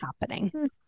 happening